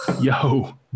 Yo